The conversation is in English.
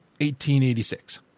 1886